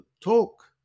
talk